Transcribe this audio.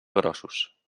grossos